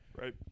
Right